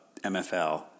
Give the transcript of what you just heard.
MFL